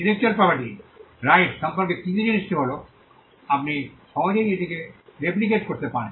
intellectual property rights সম্পর্কে তৃতীয় জিনিসটি হল আপনি সহজেই এটিকে রেপ্লিকেট করতে পারেন